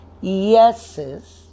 yeses